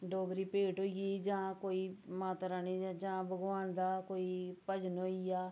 डोगरी भेंट होई गेई जां कोई माता रानी जां भगवान दा कोई भजन होई गेआ